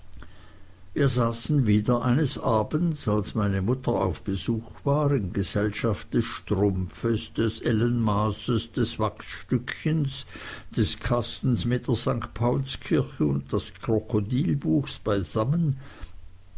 wir saßen wieder eines abends als meine mutter auf besuch war in gesellschaft des strumpfes des ellenmaßes des wachsstückchens des kastens mit der st paulskirche und des krokodilbuchs beisammen